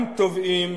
גם תובעים,